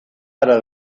para